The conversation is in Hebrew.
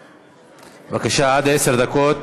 בבקשה, עד עשר דקות.